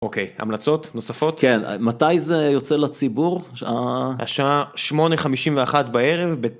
אוקיי, המלצות נוספות? כן, מתי זה יוצא לציבור? שעההה השעה 8:51 בערב.